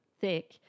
thick